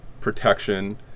protection